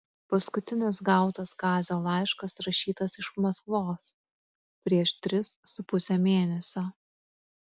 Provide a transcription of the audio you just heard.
paskutinis gautas kazio laiškas rašytas iš maskvos prieš tris su puse mėnesio